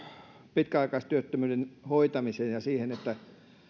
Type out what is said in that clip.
pitkäaikaistyöttömyyden hoitamiseen ja siihen